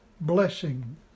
blessing